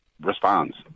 responds